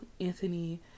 anthony